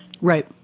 Right